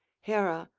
hera,